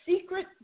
secret